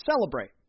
celebrate